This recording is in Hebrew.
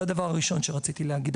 זה הדבר הראשון שרציתי להגיד.